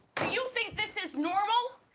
do you think this is normal?